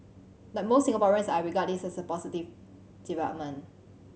like most Singaporeans I regard this as a positive development